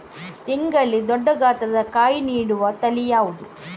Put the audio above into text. ತೆಂಗಲ್ಲಿ ದೊಡ್ಡ ಗಾತ್ರದ ಕಾಯಿ ನೀಡುವ ತಳಿ ಯಾವುದು?